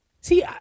See